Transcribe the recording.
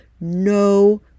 no